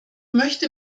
möchte